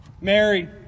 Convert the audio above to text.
Mary